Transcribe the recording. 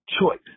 choice